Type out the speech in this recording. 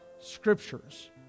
Scriptures